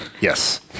Yes